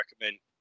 recommend